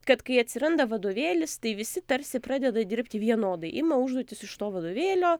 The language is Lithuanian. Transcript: kad kai atsiranda vadovėlis tai visi tarsi pradeda dirbti vienodai ima užduotis iš to vadovėlio